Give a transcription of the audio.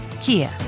Kia